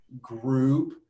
group